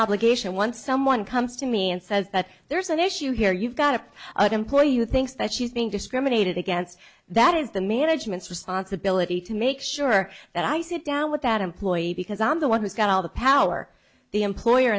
obligation once someone comes to me and says that there's an issue here you've got a employee who thinks that she's being discriminated against that is the management's responsibility to make sure that i sit down with that employee because i'm the one who's got all the power the employer